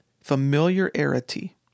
Familiarity